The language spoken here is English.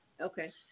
Okay